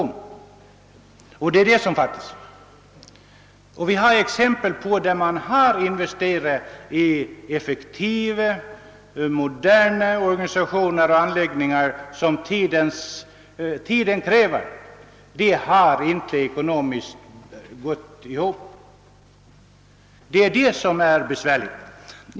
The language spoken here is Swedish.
Svårigheten ligger i att det inte är ekonomiskt möjligt att investera i de effektiva och moderna anläggningar som tiden kräver.